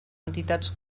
entitats